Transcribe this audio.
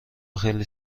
خیلی